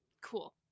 Cool